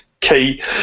key